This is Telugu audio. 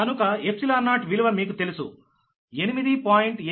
కనుక 0విలువ మీకు తెలుసు 8